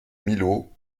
millau